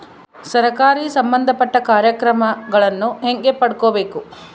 ಸರಕಾರಿ ಸಂಬಂಧಪಟ್ಟ ಕಾರ್ಯಕ್ರಮಗಳನ್ನು ಹೆಂಗ ಪಡ್ಕೊಬೇಕು?